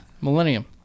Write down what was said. Millennium